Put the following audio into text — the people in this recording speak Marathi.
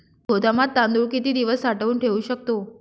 गोदामात तांदूळ किती दिवस साठवून ठेवू शकतो?